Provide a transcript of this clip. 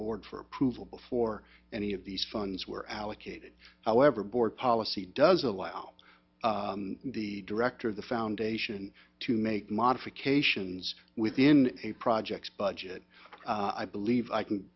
board for approval before any of these funds were allocated however board policy does allow the director of the foundation to make modifications within a project's budget i believe i can